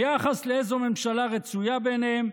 ביחס לאיזו ממשלה רצויה בעיניהם,